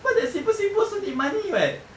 but that simple simple also need money [what]